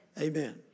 Amen